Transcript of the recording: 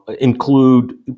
include